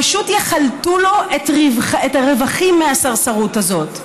פשוט יחלטו לו את הרווחים מהסרסרות הזאת.